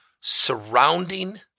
surrounding